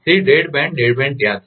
તેથી dead band dead band ત્યાં છે